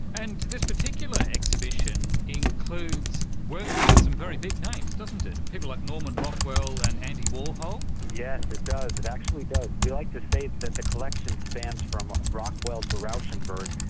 and this particular exhibition includes works by some very big names, doesn't it, people like norman rockwell and andy warhol. yes, it does, it actually does. we like to say that the collection spans from rockwell to rauschenberg,